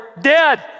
dead